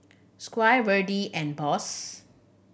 Squire Verdie and Boss